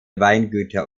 weingüter